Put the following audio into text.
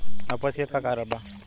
अपच के का कारण बा?